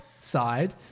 side